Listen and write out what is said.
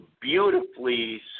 beautifully